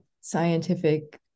scientific